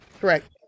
Correct